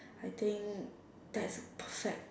I think that's perfect